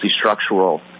structural